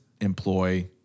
employ